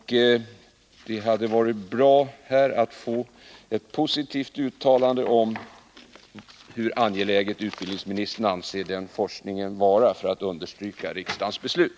Det hade varit bra att få ett positivt uttalande om hur angelägen utbildningsministern anser den här forskningen vara, för att på så sätt understryka riksdagens beslut.